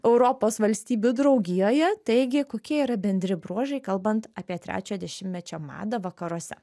europos valstybių draugijoje taigi kokie yra bendri bruožai kalbant apie trečio dešimtmečio madą vakaruose